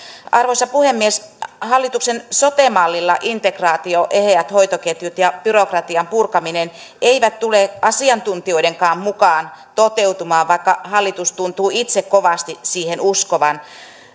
arvoisa puhemies hallituksen sote mallilla integraatio eheät hoitoketjut ja byrokratian purkaminen eivät tule asiantuntijoidenkaan mukaan toteutumaan vaikka hallitus tuntuu itse kovasti siihen uskovan